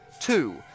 Two